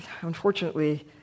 Unfortunately